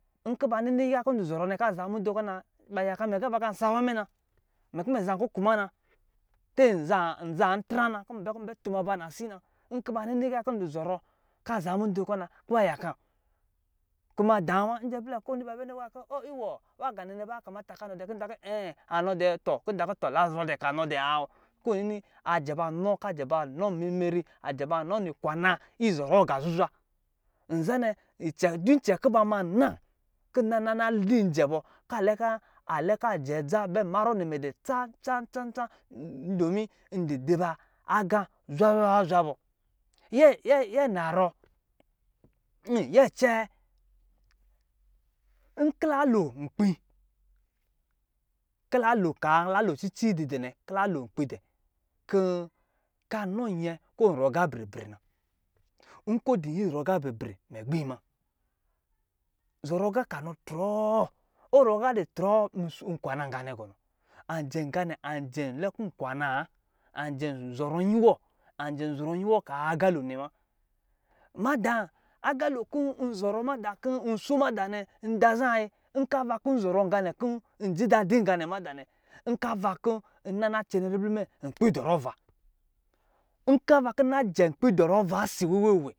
Nkɔ ba nini ya kɔ ndɔ zɔrɔ nɛ aza mudu kɔ na mɛ kɔ ba kan sa awa mɛ na mɛ kɔ me zankuku ma na tɛ mɛ zan tra na kɔ mbɛ kɔ nbɛ tuma ba lasi na iya kɔ ndu zɔrɔ kaza mudu kɔ na kɔ ba yakan kuma dawa ijɛ blɛ kɔ ba bɛ ta kɔ olwɔ wanɛ ba aka mata kɔ anɔ dɛ wa kɔ mɛ ta kɔ ɛɛ tɔ lazɔrɔ dɛ kanɔ dɛ owo kɔ nini ajɛ ba nɔ meri meri ajɛ ba nɔ nukwa na aga zuzwa nzanɛ du icɛnkɔ bama na kɔ na linjɛ bɔkɔ ajɛ adza lak? Babɛ marɔ nimɛ doma ndu dɔ ba aga zwazwa bɔ nyɛ lɛɛ nkɔ la lo nkpi lalao ceci didɛ nɛ kɔ ka nɔ nyɛ kɔn zɔrɔ aa bri bri na izɔrɔ aqa bribri ma gbii nu na zɔrɔ aqa kanɔ trɔɔ ɔzɔrɔ aqa trɔɔ nkwana nqa nɛ gɔn? Njɛn lɛ kɔ nkwanca wa anjɛ zɔrɔ nyiwɔ kaa agalo nɛ mada aqa lo kɔ nzɔrɔ kɔ nso mada nɛ ndrɔ zaa nkɔ ava kɔ nzɔrɔ na nɛ kɔ njidadi nga nɛ mada nɛ ava ɔ ncɛnɛ ribli mɛ nkpi idɔrɔ ava cɛn nkpi dɔrɔ ava si wewe we.